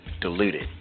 diluted